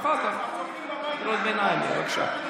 אחר כך קריאות ביניים, בבקשה.